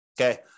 Okay